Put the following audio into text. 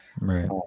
Right